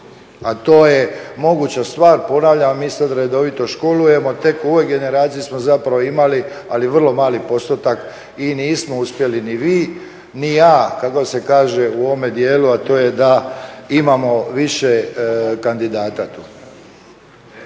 A to je moguća stvar, ponavljam, mi sad redovito školujemo, tek u ovoj generaciji smo zapravo imali, ali vrlo mali postotak, i nismo uspjeli ni vi ni ja kako se kaže u ovome dijelu a to je da imamo više kandidata tu.